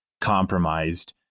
compromised